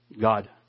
God